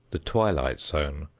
the twilight zone,